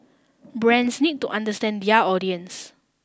brands need to understand their audience